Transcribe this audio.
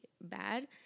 bad